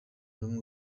n’umwe